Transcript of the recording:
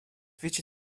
widzi